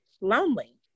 lonely